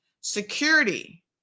Security